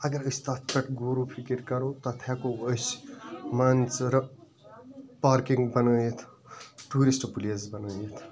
اگر أسۍ تتھ پٮ۪ٹھ غوروفکر کرو تتھ ہیٚکو أسۍ مان ژٕ رٕ پارکِنٛگ بَنٲوِتھ ٹیٛوٗرسٹہٕ پُلیس بَنٲوِتھ